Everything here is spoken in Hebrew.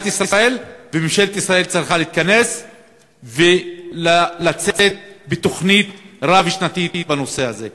ממשלת ישראל צריכה להתכנס ולצאת בתוכנית רב-שנתית בנושא הזה.